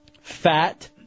Fat